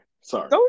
Sorry